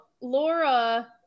Laura